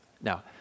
Now